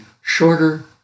shorter